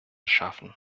schaffen